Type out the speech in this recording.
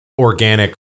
organic